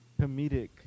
comedic